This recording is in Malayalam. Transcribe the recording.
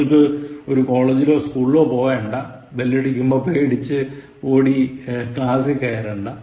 നിങ്ങൾക്ക് ഒരു കോളേജിലോ സ്കൂളിലോ പോകേണ്ട ബെല്ലടിക്കുമ്പോൾ പേടിച്ചു ഓടി ക്ലാസ്സിൽ കയറണ്ട